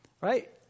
Right